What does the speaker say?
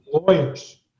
lawyers